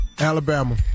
Alabama